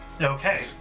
Okay